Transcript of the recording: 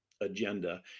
agenda